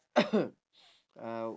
uh